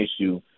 issue